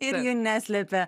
ir jų neslepia